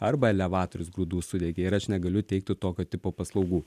arba elevatorius grūdų sudegė ir aš negaliu teikti tokio tipo paslaugų